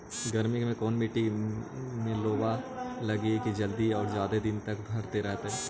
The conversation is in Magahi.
गर्मी में कोन मट्टी में लोबा लगियै कि जल्दी और जादे दिन तक भरतै रहतै?